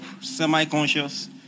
semi-conscious